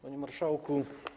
Panie Marszałku!